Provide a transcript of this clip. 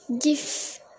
give